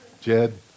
Jed